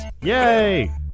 Yay